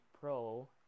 Pro